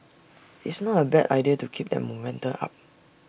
it's not A bad idea to keep that momentum up